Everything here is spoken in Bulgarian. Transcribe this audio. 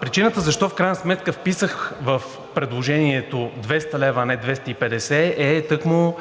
Причината защо в крайна сметка вписах в предложението 200 лв., а не 250, е тъкмо